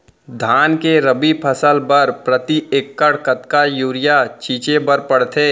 धान के रबि फसल बर प्रति एकड़ कतका यूरिया छिंचे बर पड़थे?